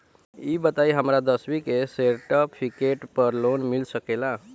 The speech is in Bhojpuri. ई बताई हमरा दसवीं के सेर्टफिकेट पर लोन मिल सकेला?